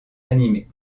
animés